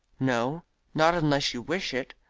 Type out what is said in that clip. no not unless you wish it.